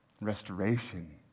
restoration